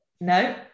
No